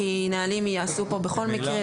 כי נהלים ייעשו פה בכל מקרה,